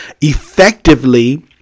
effectively